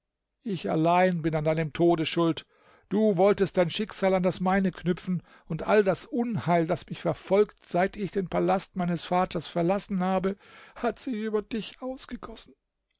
ich allein bin an deinem tode schuld du wolltest dein schicksal an das meine knüpfen und all das unheil das mich verfolgt seit ich den palast meines vaters verlassen habe hat sich über dich ausgegossen